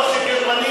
זה צבא שאתה של מדינה